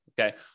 Okay